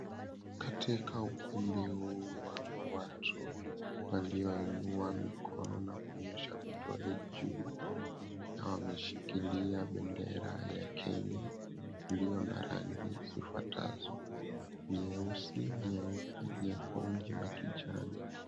Katika ukumbi huu wapo watu walioinua mikono na kunyosha vidole juu na wameshikilia bendera ya kenya ilio na rangi zifuatazo, nyeusi, nyeupe, nyekundu na kijani.